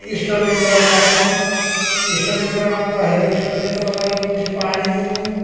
इष्टमित्र राख्नु इष्टमित्र आउँदाखेरि इष्टमित्रलाई एकमुठी पानी दिनु